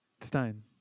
Stein